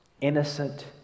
innocent